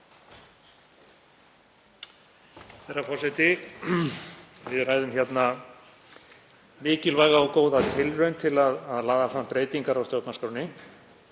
Herra forseti. Við ræðum hér mikilvæga og góða tilraun til að laða fram breytingar á stjórnarskránni.